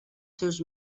seus